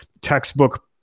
textbook